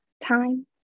time